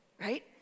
right